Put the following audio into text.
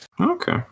Okay